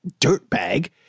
dirtbag